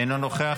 אינו נוכח,